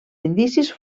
indicis